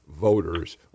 voters